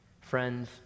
Friends